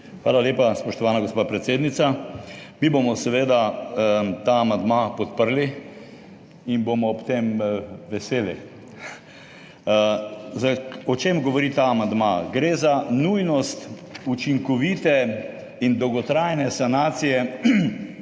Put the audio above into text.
Hvala lepa, spoštovana gospa predsednica. Mi bomo seveda ta amandma podprli in bomo ob tem veseli. Zdaj o čem govori ta amandma? Gre za nujnost učinkovite in dolgotrajne sanacije